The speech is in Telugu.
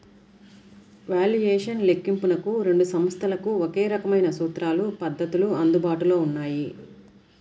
వాల్యుయేషన్ లెక్కింపునకు రెండు సంస్థలకు ఒకే రకమైన సూత్రాలు, పద్ధతులు అందుబాటులో ఉన్నాయి